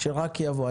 שרק יבואו.